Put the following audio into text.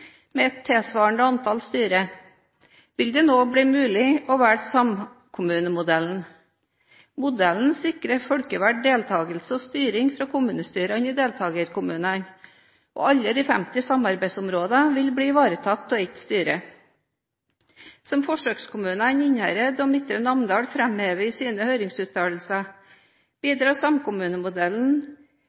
med et tilsvarende antall styrer, vil det nå bli mulig å velge samkommunemodellen. Modellen sikrer folkevalgt deltakelse og styring fra kommunestyrene i deltakerkommunene, og alle de femti samarbeidsområdene vil bli ivaretatt av ett styre. Som forsøkskommunene Innherred og Midtre Namdal framhever i sine høringsuttalelser, bidrar samkommunemodellen,